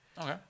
Okay